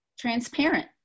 transparent